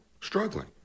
struggling